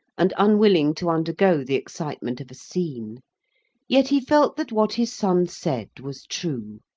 and unwilling to undergo the excitement of a scene yet he felt that what his son said was true.